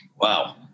Wow